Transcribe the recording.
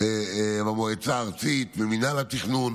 במועצה הארצית ובמינהל התכנון.